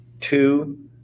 Two